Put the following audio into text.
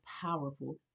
powerful